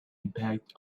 impact